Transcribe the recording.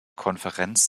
konferenz